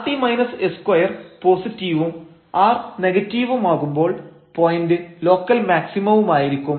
rt s2 പോസിറ്റീവും r നെഗറ്റീവുമാകുമ്പോൾ point local മാക്സിമവുമായിരിക്കും